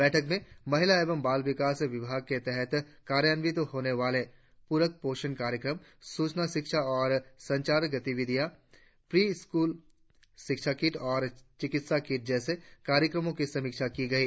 बैठक में महिला एवं बालविकास विभाग के तहत कार्यान्वित होने वाले पूरक पोषण कार्यक्रम सूचना शिक्षा और संचार गतिविधियां प्री स्कूल शिक्षा कीट और चिकित्सा कीट जैसे कार्यक्रमों की समीक्षा की गई